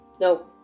no